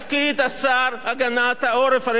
הרי כולם יודעים את זה וכולם מבינים את זה,